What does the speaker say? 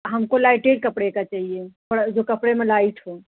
हमको लाइटे कपड़े का चाहिए थोड़ा जो कपड़े में लाइट हो